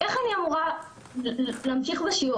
איך אני אמורה להמשיך בשיעור,